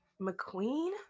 McQueen